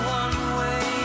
one-way